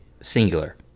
singular